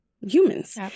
humans